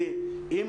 כי אם